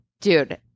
dude